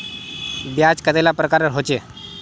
ब्याज कतेला प्रकारेर होचे?